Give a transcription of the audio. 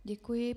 Děkuji.